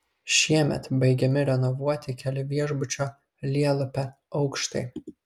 šiemet baigiami renovuoti keli viešbučio lielupe aukštai